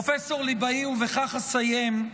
פרופ' ליבאי, ובכך אסיים,